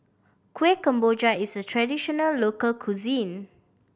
Kuih Kemboja is a traditional local cuisine